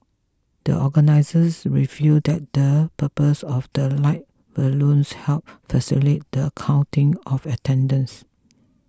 the organisers revealed that the purpose of the lighted balloons helped facilitate the counting of attendance